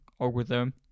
algorithm